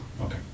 Okay